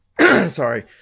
sorry